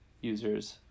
users